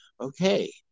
Okay